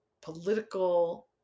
political